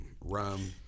rum